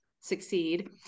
succeed